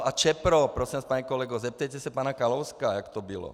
A Čepro, prosím vás, pane kolego, zeptejte se pana Kalouska, jak to bylo.